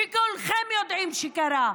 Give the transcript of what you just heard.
שכולכם יודעים שקרה.